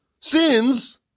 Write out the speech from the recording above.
sins